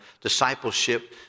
discipleship